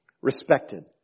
respected